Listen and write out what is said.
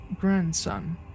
grandson